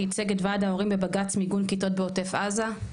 שייצג את ועד ההורים בבג"צ מיגון כיתות בעוטף עזה.